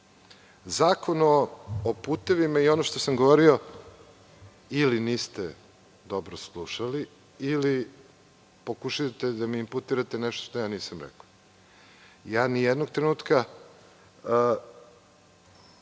o putevima i ono što sam govorio, ili niste dobro slušali ili pokušavate da mi imputirate nešto što nisam rekao. Nijednog trenutka